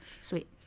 Sweet